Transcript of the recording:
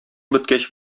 беткәч